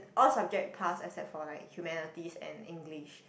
all subject pass except for like humanities and English